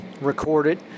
recorded